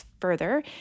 further